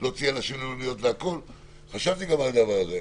להוציא אנשים למלוניות, חשבתי גם על הדבר הזה.